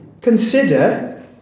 Consider